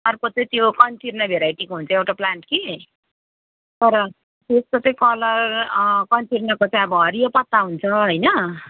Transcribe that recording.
अर्को चाहिँ त्यो कन्टिर्नर भेराइटीको हुन्छ एउटा प्लान्ट कि तर त्यसको चाहिँ कलर कन्टिर्नरको चाहिँ अब हरियो पता हुन्छ होइन